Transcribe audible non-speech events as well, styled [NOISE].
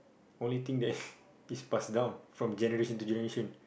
only thing that [BREATH] is passed down from generation to generation